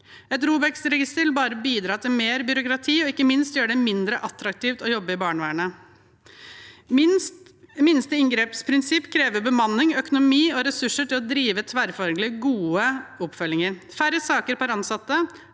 Et ROBEK-register vil bare bidra til mer byråkrati og ikke minst gjøre det mindre attraktivt å jobbe i barnevernet. Minste inngreps prinsipp krever bemanning, økonomi og ressurser til å drive tverrfaglig, god oppfølging. Færre saker per ansatt